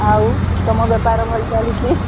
ଆଉ ତୁମ ବେପାର ଭଲ ଚାଲିଛି